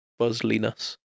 buzzliness